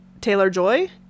Taylor-Joy